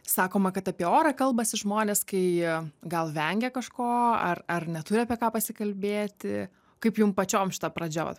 sakoma kad apie orą kalbasi žmonės kai gal vengia kažko ar ar neturi apie ką pasikalbėti kaip jum pačiom šita pradžia vat